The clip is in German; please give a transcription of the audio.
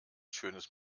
schönes